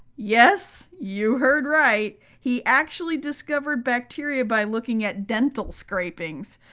yes, you heard right. he actually discovered bacteria by looking at dental scrapings,